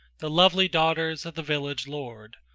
the lovely daughters of the village lord,